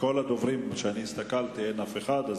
מכל הדוברים שנרשמו אין אף אחד.